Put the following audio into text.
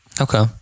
Okay